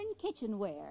kitchenware